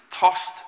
Tossed